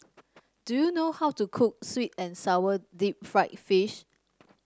do you know how to cook sweet and sour Deep Fried Fish